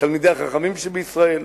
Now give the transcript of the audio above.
תלמידי החכמים שבישראל,